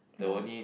no